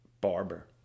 barber